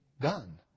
done